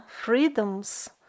freedoms